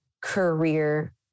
career